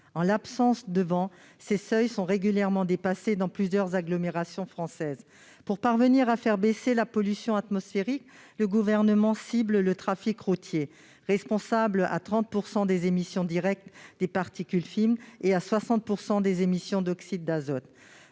En l'absence de vent, ces seuils sont régulièrement dépassés dans plusieurs agglomérations françaises. Pour parvenir à faire baisser la pollution atmosphérique, le Gouvernement cible le trafic routier, responsable de 30 % des émissions directes de particules fines et de 60 % des émissions d'oxyde d'azote.